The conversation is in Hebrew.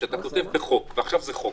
כשאתה כותב את החוק, ועכשיו זה חוק,